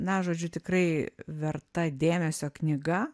na žodžiu tikrai verta dėmesio knyga